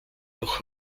noch